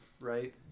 right